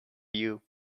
you